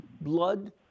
blood